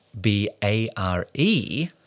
B-A-R-E